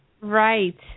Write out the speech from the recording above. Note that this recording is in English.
Right